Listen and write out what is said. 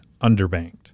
underbanked